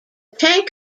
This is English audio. tank